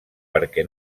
perquè